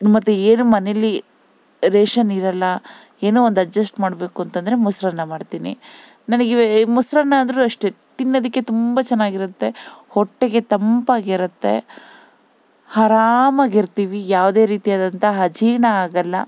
ಮತ್ತು ಏನು ಮನೇಲಿ ರೇಷನ್ ಇರಲ್ಲ ಏನೋ ಒಂದು ಅಡ್ಜಸ್ಟ್ ಮಾಡಬೇಕು ಅಂತಂದರೆ ಮೊಸರನ್ನ ಮಾಡ್ತೀನಿ ನನಗೆ ಮೊಸರನ್ನ ಅಂದರೂ ಅಷ್ಟೇ ತಿನ್ನೋದಕ್ಕೆ ತುಂಬ ಚೆನ್ನಾಗಿರುತ್ತೆ ಹೊಟ್ಟೆಗೆ ತಂಪಾಗಿರುತ್ತೆ ಆರಾಮಾಗ್ ಇರ್ತೀವಿ ಯಾವುದೇ ರೀತಿ ಆದಂತಹ ಅಜೀರ್ಣ ಆಗಲ್ಲ